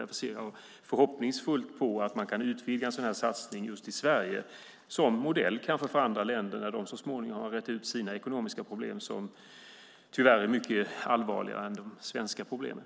Därför ser jag förhoppningsfullt på att det går att utvidga en sådan satsning just i Sverige, som modell för andra länder när de så småningom har rett ut sina ekonomiska problem som tyvärr är mycket allvarligare än de svenska problemen.